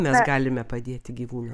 mes galime padėti gyvūnam